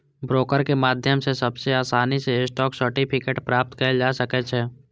broker के माध्यम सं सबसं आसानी सं स्टॉक सर्टिफिकेट प्राप्त कैल जा सकै छै